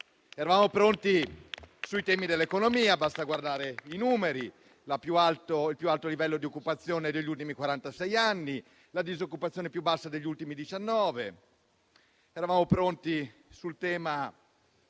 Eravamo pronti sui temi dell'economia. Basta guardare i numeri. Abbiamo il più alto livello di occupazione degli ultimi quarantasei anni, la disoccupazione più bassa degli ultimi diciannove. Eravamo pronti sul tema